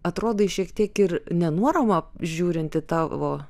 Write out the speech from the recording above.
atrodai šiek tiek ir nenuorama žiūrint į tavo